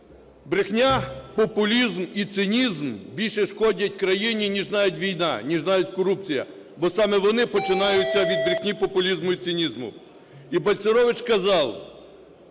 Брехня, популізм і цинізм більше шкодять країні ніж навіть війна, ніж навіть корупція. Бо саме вони починаються від брехні, популізму і цинізму. І Бальцерович казав: